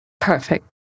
Perfect